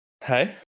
Hey